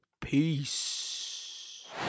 Peace